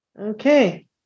Okay